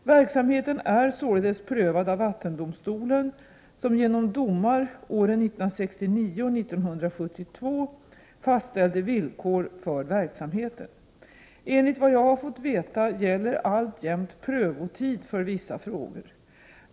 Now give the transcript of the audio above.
Verksamheten är således prövad av vattendomstolen som genom domar åren 1969 och 1972 fastställde villkor för verksamheten. Enligt vad jag har fått veta gäller alltjämt prövotid för vissa frågor.